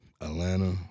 Atlanta